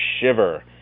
Shiver